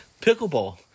Pickleball